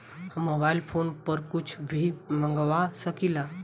हम mobile phone पर कुछ भी मंगवा सकिला?